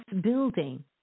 building